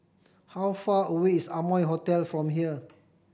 how far away is Amoy Hotel from here